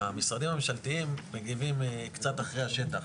במשרדים הממשלתיים מגיבים קצת אחרי השטח.